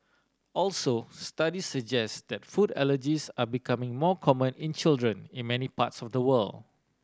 also studies suggest that food allergies are becoming more common in children in many parts of the world